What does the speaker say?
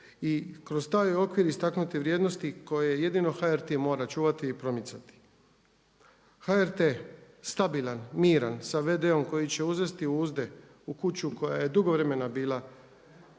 i kroz taj okvir istaknuti vrijednosti koje jedino HRT mora čuvati i promicati. HRT, stabilan, miran sa v.d-om koji će uznesti uzde u kuću koja je dugo vremena bila